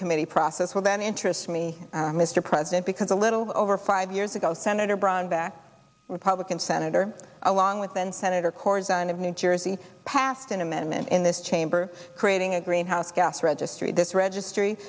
committee process with an interest me mr president because a little over five years ago senator brownback republican senator along with and senator cordes and of new jersey passed an amendment in this chamber creating a greenhouse gas registry this registry